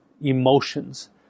emotions